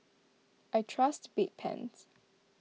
I trust Bedpans